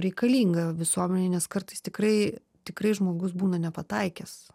reikalinga visuomenei nes kartais tikrai tikrai žmogus būna nepataikęs